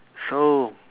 so